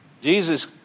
Jesus